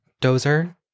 dozer